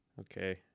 Okay